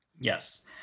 Yes